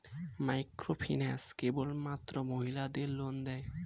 Microfinance কেবলমাত্র মহিলাদের loan দেয়?